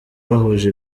bahuje